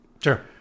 Sure